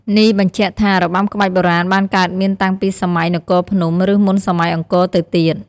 នេះបញ្ជាក់ថា របាំក្បាច់បុរាណបានកើតមានតាំងពីសម័យនគរភ្នំ ឬមុនសម័យអង្គរទៅទៀត។